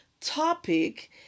topic